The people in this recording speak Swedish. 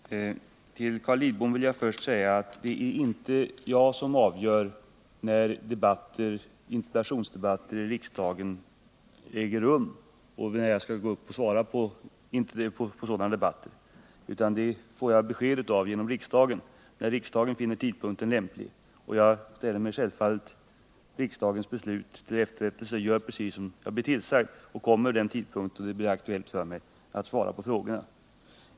Herr talman! Till Carl Lidbom vill jag först säga att det inte är jag som avgör när interpellationsdebatter äger rum i riksdagen och inte heller den tidpunkt då jag skall gå upp och svara i sådana debatter. Detta får jag besked om när riksdagen finner denna tidpunkt lämplig. Jag ställer mig självfallet riksdagens beslut till efterrättelse och gör precis som jag blir tillsagd i de avseendena, dvs. jag kommer vid den tidpunkt som riksdagen fastställer.